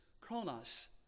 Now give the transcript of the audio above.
chronos